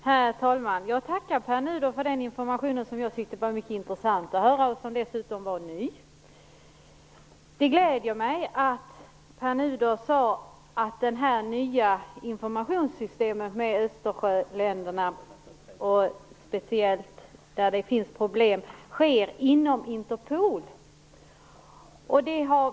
Herr talman! Jag tackar Pär Nuder för informationen som jag tyckte var mycket intressant och som dessutom var ny. Det gläder mig att Pär Nuder sade att det nya informationssystemet och samarbetet med Östersjöländerna, speciellt där det finns problem, sker inom Interpol.